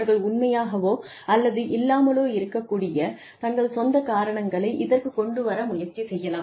அவர்கள் உண்மையாகவோ அல்லது இல்லாமலோ இருக்கக்கூடிய தங்கள் சொந்த காரணங்களை இதற்குக் கொண்டு வர முயற்சி செய்யலாம்